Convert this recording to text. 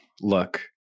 look